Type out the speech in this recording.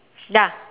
ya